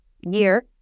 year